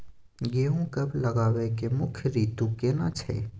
गेहूं कब लगाबै के मुख्य रीतु केना छै?